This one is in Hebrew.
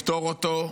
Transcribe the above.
לפטור אותם,